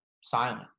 silent